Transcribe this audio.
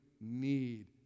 need